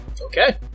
Okay